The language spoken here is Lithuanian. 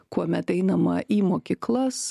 kuomet einama į mokyklas